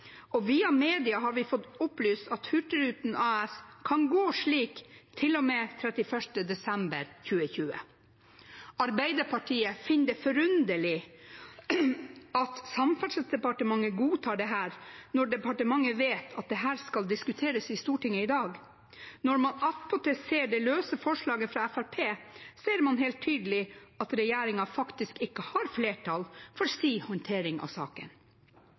og via media har vi fått opplyst at Hurtigruten AS kan gå slik til og med 3l. desember 2020. Arbeiderpartiet finner det forunderlig at Samferdselsdepartementet godtar dette når departementet vet at dette skal diskuteres i Stortinget i dag. Når man attpåtil ser det løse forslaget fra Fremskrittspartiet, ser man helt tydelig at regjeringen faktisk ikke har flertall for sin håndtering av saken.